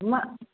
म